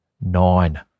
Nine